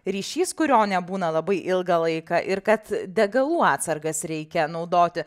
ryšys kurio nebūna labai ilgą laiką ir kad degalų atsargas reikia naudoti